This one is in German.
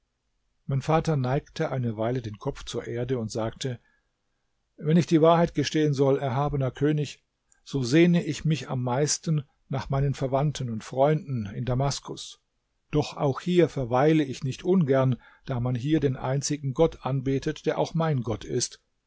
mein vater neigte eine weile den kopf zur erde und sagte wenn ich die wahrheit gestehen soll erhabener könig so sehne ich mich am meisten nach meinen verwandten und freunden in damaskus doch auch hier verweile ich nicht ungern da man hier den einzigen gott anbetet der auch mein gott ist